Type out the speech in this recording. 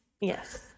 Yes